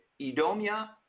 Edomia